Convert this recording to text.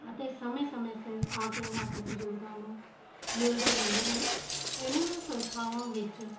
ਅਤੇ ਸਮੇਂ ਸਮੇਂ ਸਿਰ ਆ ਕੇ ਉਹ ਆਪਣੇ ਬਜ਼ੁਰਗਾਂ ਨੂੰ ਮਿਲਦੇ ਰਹਿੰਦੇ ਹਨ ਇਹਨਾਂ ਸੰਸਥਾਵਾਂ ਵਿੱਚ